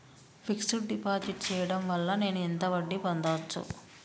Fix డ్ deposit చేయటం వల్ల నేను ఎంత వడ్డీ పొందచ్చు?